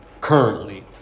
currently